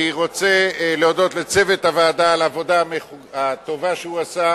אני רוצה להודות לצוות הוועדה על העבודה הטובה שהוא עשה,